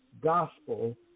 gospel